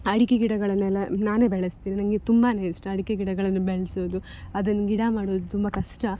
ಅಡಿಕೆ ಗಿಡಗಳನ್ನೆಲ್ಲ ನಾನೇ ಬೆಳೆಸ್ತೀನಿ ನನಗೆ ತುಂಬಾ ಇಷ್ಟ ಅಡಿಕೆ ಗಿಡಗಳನ್ನು ಬೆಳೆಸೋದು ಅದನ್ನು ಗಿಡ ಮಾಡೋದು ತುಂಬ ಕಷ್ಟ